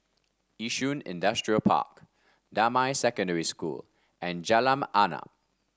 Yishun Industrial Park Damai Secondary School and Jalan Arnap